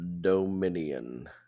Dominion